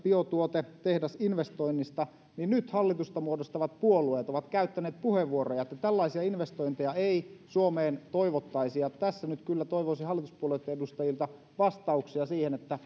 biotuotetehdasinvestoinnista niin nyt hallitusta muodostavat puolueet ovat käyttäneet puheenvuoroja että tällaisia investointeja ei suomeen toivottaisi tässä nyt kyllä toivoisi hallituspuolueitten edustajilta vastauksia